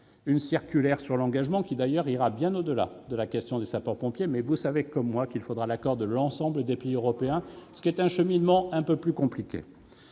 une circulaire sur l'engagement qui irait bien au-delà de la question des sapeurs-pompiers, mais, vous le savez comme moi, il faudra l'accord de l'ensemble des pays européens, ce qui est un cheminement quelque peu compliqué.